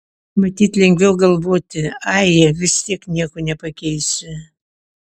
matyt lengviau galvoti ai vis tiek nieko nepakeisi